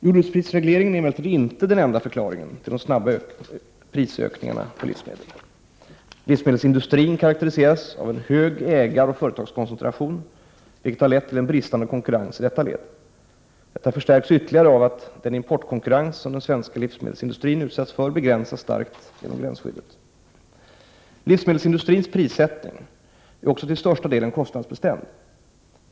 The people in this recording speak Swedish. Jordbruksprisregleringen är emellertid inte den enda förklaringen till de snabba prisökningarna på livsmedel. Livsmedelsindustrin karakteriseras av en hög ägaroch företagskoncentration, vilket har lett till en bristande konkurrens i detta led. Detta förstärks ytterligare av att den importkonkurrens som den svenska livsmedelsindustrin utsätts för, begränsas starkt genom gränsskyddet. Livsmedelsindustrins prissättning är också till största delen kostnadsbestämd.